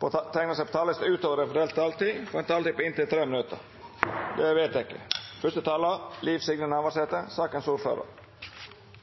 på talarlista utover den fordelte taletida, får ei taletid på inntil 3 minutt. – Det er vedteke. Ulukka med «Helge Ingstad» har vore og er eit trist kapittel i norsk forsvarshistorie. Heldigvis gjekk det ikkje liv